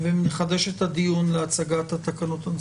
ונחדש את הדיון להצגת התקנות הנוספות.